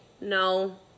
no